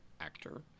actor